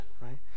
right